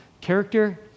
character